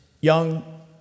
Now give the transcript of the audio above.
young